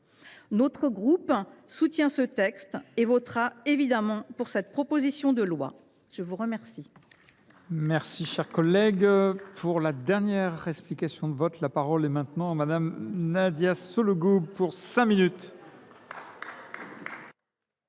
Notre groupe soutient ce texte et votera évidemment pour cette proposition de loi. La parole